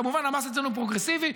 כמובן, המס אצלנו פרוגרסיבי.